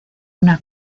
una